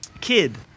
kid